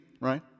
right